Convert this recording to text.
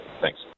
Thanks